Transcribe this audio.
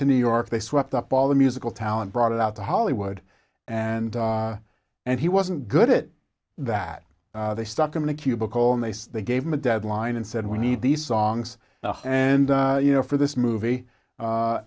to new york they swept up all the musical talent brought out to hollywood and and he wasn't good it that they stuck him in a cubicle and they said they gave him a deadline and said we need these songs and you know for this movie a